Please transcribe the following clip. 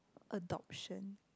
adoption